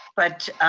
but